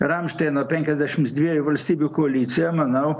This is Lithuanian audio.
ramštaino penkiasdešims dviejų valstybių koalicija manau